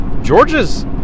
Georgia's